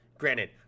granted